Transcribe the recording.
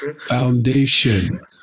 foundation